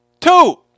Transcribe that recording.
two